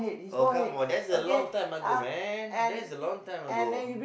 oh come on that's a long time ago man that's a long time ago